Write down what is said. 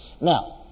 now